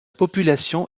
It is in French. population